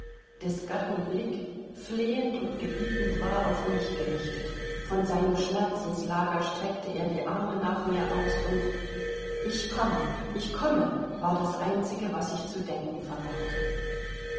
des gatten blick flehend und gebietend war auf mich gerichtet von seinem schmerzenslager streckte er die arme nach mir aus und ich komme ich komme war das einzige was ich zu denken vermochte